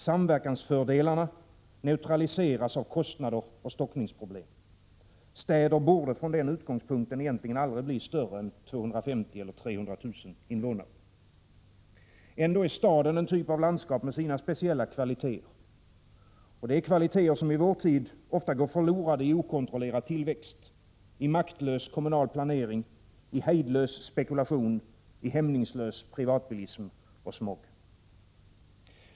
Samverkansfördelarna neutraliseras av kostnader och stockningsproblem. Städer borde från den utgångspunkten egentligen aldrig bli större än 250 000 eller 300 000 invånare. Ändå är staden en typ av landskap med sina speciella kvaliteter. Det är kvaliteter som i vår tid går förlorade i okontrollerad tillväxt, maktlös kommunalplanering, hejdlös spekulation, hämningslös privatbilism och smog.